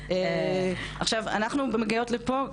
עכשיו אנחנו מגיעות לפה,